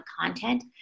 content